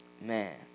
Man